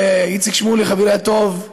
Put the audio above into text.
איציק שמולי, חברי הטוב,